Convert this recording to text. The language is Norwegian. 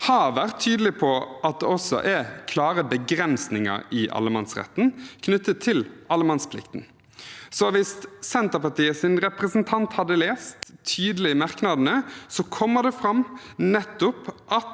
har vært tydelig på at det også er klare begrensninger i allemannsretten, knyttet til allemannsplikten. Hvis Senterpartiets representant hadde lest de tydelige merknadene, ville han sett at